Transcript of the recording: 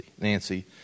Nancy